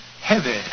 heavy